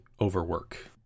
overwork